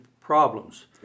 problems